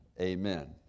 Amen